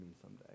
someday